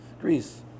Greece